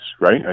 right